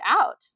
out